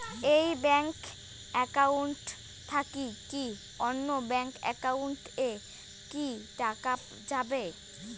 এই bank account থাকি কি অন্য কোনো ব্যাংক একাউন্ট এ কি টাকা পাঠা যাবে?